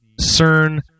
CERN